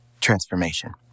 transformation